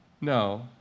No